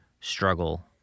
struggle